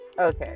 okay